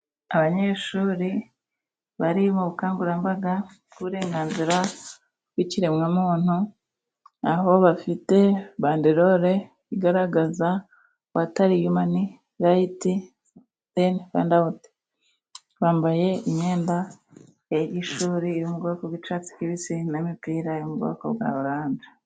Abanyeshuri bari mu bukangurambaga, bw' uburenganzira bw'ikiremwa muntu, aho bafite banderore, igaragaza abatari yumani rayiti, endi Rwanda awuti, bambaye imyenda y'ishuri yo mubwoko bw'icyatsi kibisi n'imipira yo mu bwoko bwa oranje.